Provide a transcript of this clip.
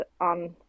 on